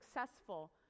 successful